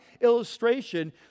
illustration